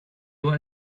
were